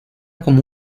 como